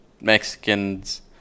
Mexicans